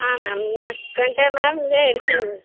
ಹಾಂ ಮ್ಯಾಮ್ ನಾಲ್ಕು ಗಂಟೆ ಮೇಲೆ ಇರ್ತೀನಿ